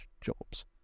jobs